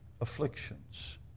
Afflictions